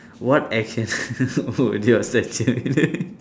what action would your statue be doing